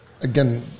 again –